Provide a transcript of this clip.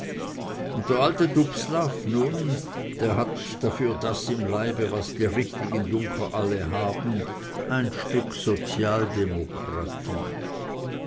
der alte dubslav nun der hat dafür das im leibe was die richtigen junker alle haben ein stück sozialdemokratie